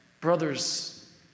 Brothers